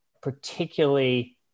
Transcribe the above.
particularly